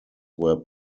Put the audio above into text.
were